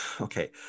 okay